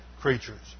creatures